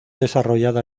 desarrollada